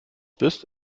bist